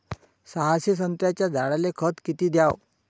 सहाशे संत्र्याच्या झाडायले खत किती घ्याव?